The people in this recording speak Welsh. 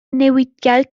newidiadau